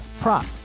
prop